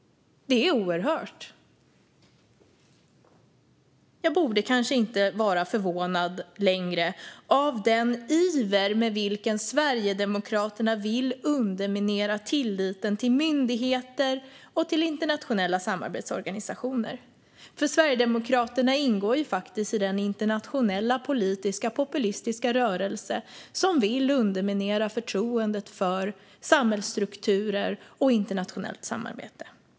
Det är oerhört. Jag borde kanske inte längre vara förvånad över den iver med vilken Sverigedemokraterna vill underminera tilliten till myndigheter och till internationella samarbetsorganisationer. Sverigedemokraterna ingår ju faktiskt i den internationella politiska, populistiska rörelse som vill underminera förtroendet för samhällsstrukturer och internationellt samarbete.